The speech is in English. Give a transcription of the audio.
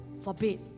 forbid